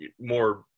more